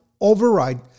override